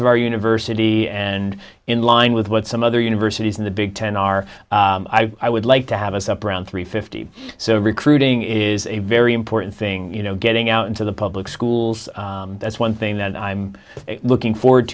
of our university and in line with what some other universities in the big ten are i would like to have us up around three fifty so recruiting is a very important thing you know getting out into the public schools that's one thing that i'm looking forward